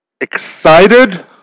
excited